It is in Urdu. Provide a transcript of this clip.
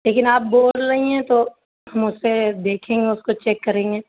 لیکن آپ بول رہی ہیں تو ہم اسے دیکھیں گے اس کو چیک کریں گے